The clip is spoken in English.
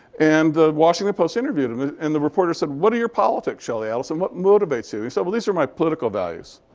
and the washington post interviewed him. and the reporter said, what are your politics, shelly adelson? what motivates you? he said, well, these are my political values.